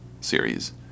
series